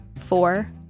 four